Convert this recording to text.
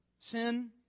Sin